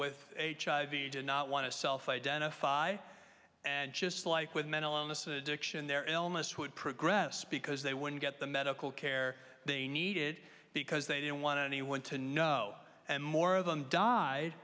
with hiv did not want to self identify and just like with mental illness addiction their illness would progress because they wouldn't get the medical care they needed because they didn't want anyone to know and more of them died